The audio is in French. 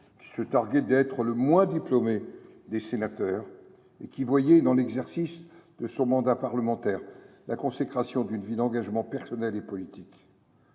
qui se targuait d’être « le moins diplômé » des sénateurs et qui voyait dans l’exercice de son mandat parlementaire la consécration d’une vie d’engagements personnels et politiques.